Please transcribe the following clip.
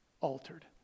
altered